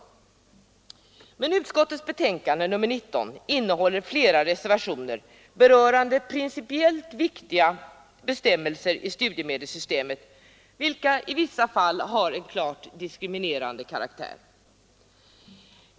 Men socialförsäkringsutskottets betänkande nr 19 innehåller flera reservationer berörande principiellt viktiga bestämmelser i studiemedelssystemet, vilka i vissa fall har en klart diskriminerande karaktär.